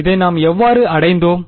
இதை நாம் எவ்வாறு அடைந்தோம்